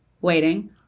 waiting